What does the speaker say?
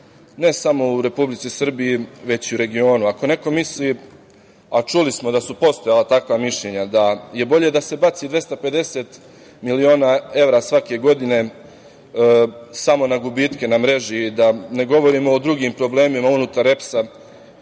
ne samo u Republici Srbiji, već i u regionu. Ako neko misli, a čuli smo da su postojala takva mišljenja, da je bolje da se baci 250 miliona evra svake godine samo na gubitke na mreži, da ne govorimo o drugim problemima unutar EPS-a,